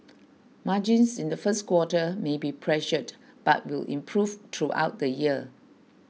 margins in the first quarter may be pressured but will improve throughout the year